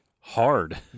hard